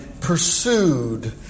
pursued